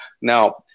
Now